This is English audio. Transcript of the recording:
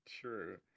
True